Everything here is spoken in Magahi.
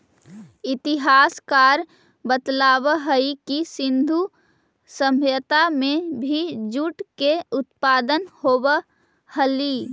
इतिहासकार बतलावऽ हई कि सिन्धु सभ्यता में भी जूट के उत्पादन होवऽ हलई